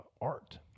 art